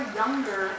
younger